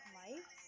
life